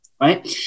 right